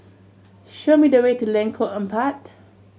show me the way to Lengkok Empat